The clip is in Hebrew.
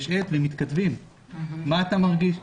יש עט ומתכתבים: מה אתה מרגיש?